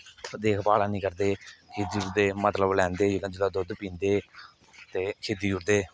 देखभाल है नी करदे हिझकते मतलब लैंदे दुध लैंदे दुद्ध पींदे ते खिद्दी ओड़दे